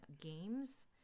games